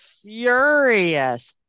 furious